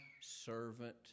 servant